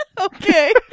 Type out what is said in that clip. Okay